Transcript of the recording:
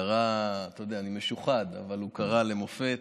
הוא קרא, אתה יודע, אני משוחד, קרא למופת,